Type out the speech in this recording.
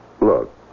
Look